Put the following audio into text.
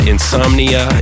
Insomnia